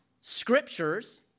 scriptures